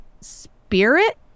spirit